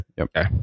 Okay